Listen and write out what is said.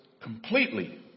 completely